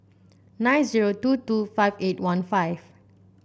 nine zero two two five eight one five